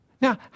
Now